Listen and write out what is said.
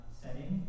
setting